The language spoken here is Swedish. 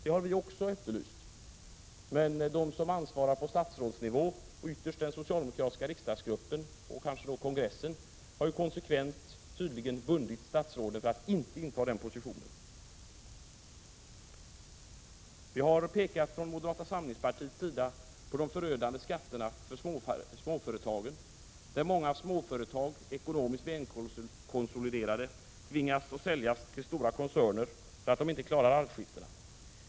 Det har vi också efterlyst, men de som ansvarar på statsrådsnivå och ytterst den socialdemokratiska riksdagsgruppen och kanske kongressen har tydligen konsekvent bundit statsrådet att inte inta den positionen. Det har pekats från moderata samlingspartiets sida på de förödande skatterna för småföretagen. Många ekonomiskt välkonsoliderade småföretag tvingas att säljas till stora koncerner för att ägarna inte klarar arvsskiften.